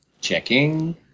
checking